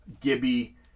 Gibby